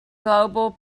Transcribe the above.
global